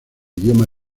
idioma